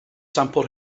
sampl